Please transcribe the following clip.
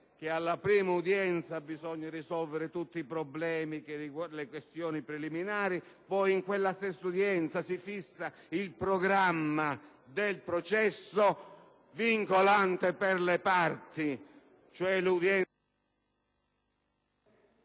che alla prima udienza bisogna risolvere tutti i problemi che riguardano le questioni preliminari e fissare il programma del processo vincolante per le parti, cioè le udienze